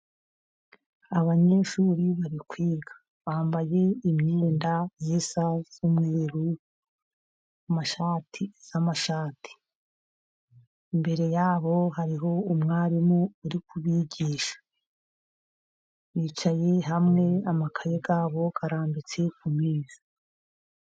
Abanyeshuri bari kwiga, bambaye imyenda isa y'umweru amashati , imbere yabo hariho umwarimu uri kubigisha, bicaye hamwe amakaye yabo arambitse ku meza.